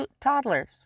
toddlers